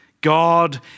God